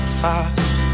fast